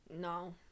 No